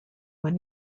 when